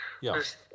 Yes